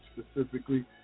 specifically